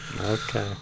Okay